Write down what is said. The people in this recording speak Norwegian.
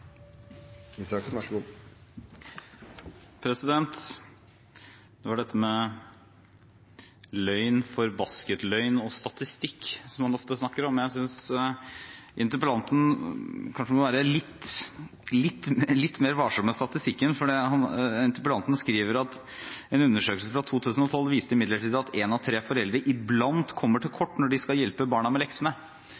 fagfolk – så hadde vi hatt minst 30 minutt fysisk aktivitet osv., osv. Dette er ein rein prioriteringsdebatt. Det var dette med «løgn, forbasket løgn og statistikk», som man ofte snakker om. Jeg synes interpellanten kanskje må være litt mer varsom med statistikken, for interpellanten skriver at «en undersøkelse fra 2012 viste imidlertid at en av tre foreldre iblant kommer til kort når de skal hjelpe barna med leksene».